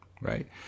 right